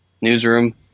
Newsroom